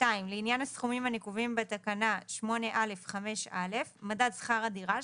לעניין הסכומים הנקובים בתקנה 8א(5)(א) - מדד שכר הדירה,